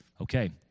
Okay